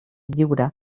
lliure